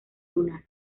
lunar